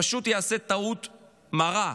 פשוט יעשה טעות מרה.